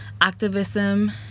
activism